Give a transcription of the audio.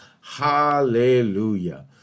Hallelujah